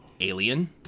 Alien